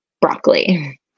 broccoli